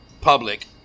public